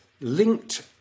linked